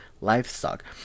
livestock